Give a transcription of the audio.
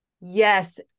Yes